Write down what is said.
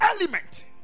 element